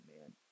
man